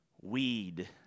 Weed